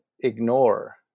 ignore